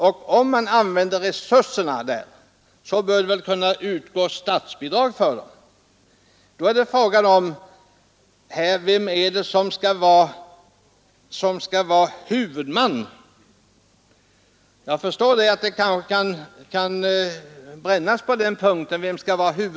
Och om man använder resurserna, bör väl statsbidrag kunna utgå för dem. Då är frågan vem som skall vara huvudman. Jag förstår att det kanske bränns på den punkten.